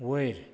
वयर